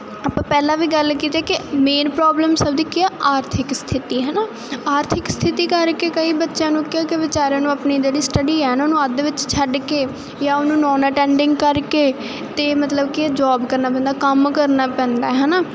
ਆਪਾਂ ਪਹਿਲਾਂ ਵੀ ਗੱਲ ਕੀਤੀ ਹੈ ਕਿ ਮੇਨ ਪ੍ਰੋਬਲਮ ਸਭ ਦੀ ਕੀ ਆ ਆਰਥਿਕ ਸਥਿਤੀ ਹੈ ਨਾ ਆਰਥਿਕ ਸਥਿਤੀ ਕਰਕੇ ਕਈ ਬੱਚਿਆਂ ਨੂੰ ਕਿਉਂਕਿ ਬੇਚਾਰਿਆਂ ਨੂੰ ਆਪਣੀ ਜਿਹੜੀ ਸਟਡੀ ਹੈ ਨਾ ਉਹਨੂੰ ਅੱਧ ਦੇ ਵਿੱਚ ਛੱਡ ਕੇ ਜਾਂ ਉਹਨੂੰ ਨੋਨ ਅਟੈਂਡਿੰਗ ਕਰਕੇ ਅਤੇ ਮਤਲਬ ਕਿ ਜੋਬ ਕਰਨਾ ਪੈਂਦਾ ਕੰਮ ਕਰਨਾ ਪੈਂਦਾ ਹੈ ਨਾ